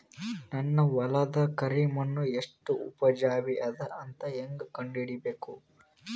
ನನ್ನ ಹೊಲದ ಕರಿ ಮಣ್ಣು ಎಷ್ಟು ಉಪಜಾವಿ ಅದ ಅಂತ ಹೇಂಗ ಕಂಡ ಹಿಡಿಬೇಕು?